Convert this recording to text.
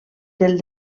del